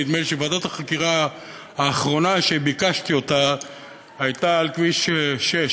נדמה לי שוועדת החקירה האחרונה שביקשתי הייתה על כביש 6,